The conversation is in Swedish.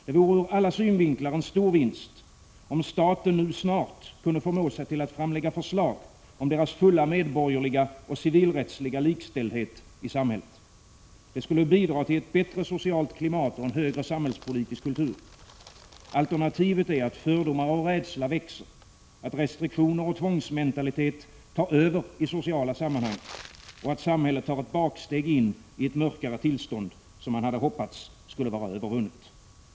Det vore ur alla synvinklar en stor vinst, om staten nu kunde förmå sig till att framlägga förslag om deras fulla medborgerliga och civilrättsliga likställdhet i samhället. Det skulle bidra till ett bättre socialt klimat och en högre samhällspolitisk kultur. Alternativet är att fördomar och rädsla växer, att restriktioner och tvångsmentalitet tar över i sociala sammanhang och att samhället tar ett baksteg in i ett mörkare tillstånd, som man hoppats skulle vara övervunnet.